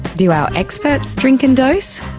do our experts drink and dose?